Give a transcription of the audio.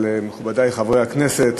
אבל, מכובדי חברי הכנסת,